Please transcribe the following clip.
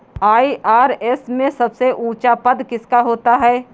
IRS में सबसे ऊंचा पद किसका होता है?